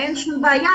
אין שום בעיה,